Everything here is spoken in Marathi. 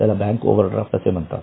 त्याला बँक ओवरड्राफ्ट असे म्हणतात